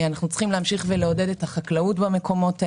אנחנו צריכים להמשיך לעודד את החקלאות במקומות האלה.